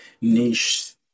niche